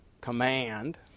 command